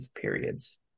periods